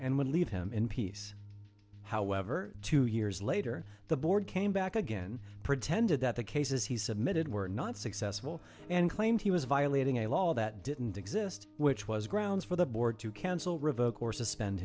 and would leave him in peace however two years later the board came back again pretended that the cases he submitted were not successful and claimed he was violating a law that didn't exist which was grounds for the board to cancel revoke or suspend